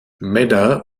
männer